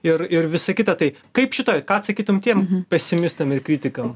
ir ir visa kita tai kaip šitoj ką atsakytum tiem pesimistam ir kritikam